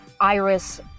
Iris